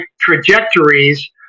trajectories